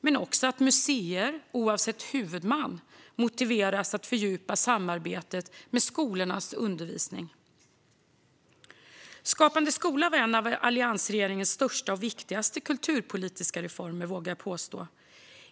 Men det handlar också om att museer, oavsett huvudman, motiveras att fördjupa samarbetet med skolornas undervisning. Jag vågar påstå att Skapande skola var en av alliansregeringens största och viktigaste kulturpolitiska reformer.